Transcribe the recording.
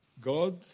God